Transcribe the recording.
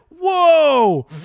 whoa